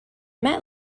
met